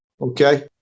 Okay